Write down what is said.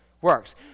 works